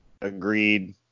agreed